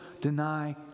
deny